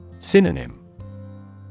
Synonym